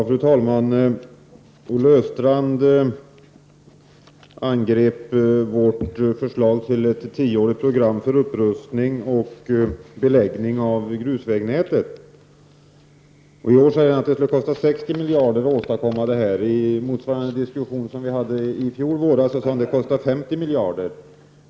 Fru talman! Olle Östrand angrep vårt förslag till ett tioårigt program för upprustning och beläggning av grusvägnätet. I år säger han att det skulle kosta 60 miljarder att åstadkomma det. I motsvarande diskussion i fjol sade han att det skulle kosta 50 miljarder.